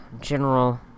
general